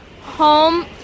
home